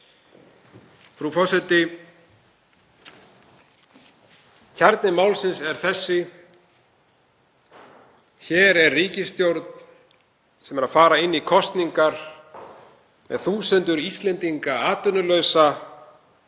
Frú forseti. Kjarni málsins er þessi: Hér er ríkisstjórn sem er að fara inn í kosningar með þúsundir Íslendinga atvinnulausa